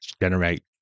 generate